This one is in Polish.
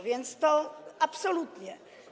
Więc to absolutnie.